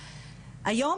היום,